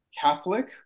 Catholic